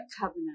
covenant